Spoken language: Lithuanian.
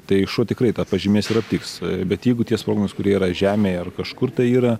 tai šuo tikrai tą pažymės ir aptiks bet jeigu tie sprogmenys kurie yra žemėj ar kažkur tai yra